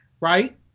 right